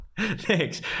thanks